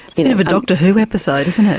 you know of a doctor who episode isn't it?